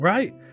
Right